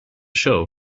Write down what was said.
show